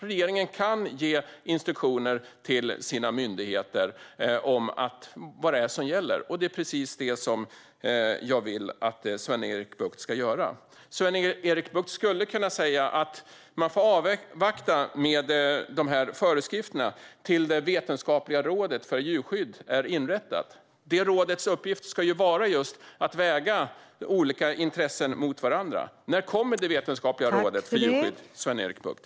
Det kan man göra genom att ge instruktioner till sina myndigheter om vad som gäller. Det är detta jag vill att Sven-Erik Bucht ska göra. Sven-Erik Bucht skulle kunna säga att man får avvakta med föreskrifterna tills det vetenskapliga rådet för djurskydd har inrättats. Detta råds uppgift ska just vara att väga olika intressen mot varandra. När kommer det vetenskapliga rådet för djurskydd att inrättas, Sven-Erik Bucht?